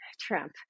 Trump